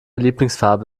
lieblingsfarbe